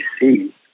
see